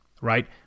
right